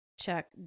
Check